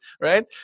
right